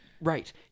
Right